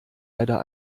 leider